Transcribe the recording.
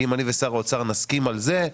אם אני ושר האוצר נסכים על זה,